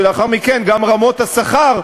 ולאחר מכן גם רמות השכר,